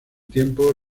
tiempo